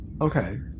Okay